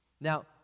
Now